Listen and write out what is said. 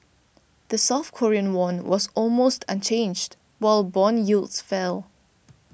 the South Korean won was almost unchanged while bond yields fell